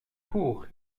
court